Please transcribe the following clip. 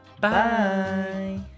Bye